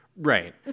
Right